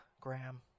Graham